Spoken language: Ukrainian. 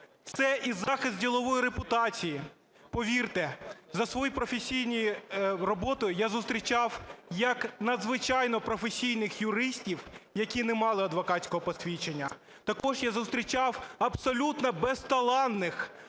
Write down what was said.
це і захист ділової репутації. Повірте, за свою професійну роботу я зустрічав як надзвичайно професійних юристів, які не мали адвокатського посвідчення, також я зустрічав абсолютно безталанних,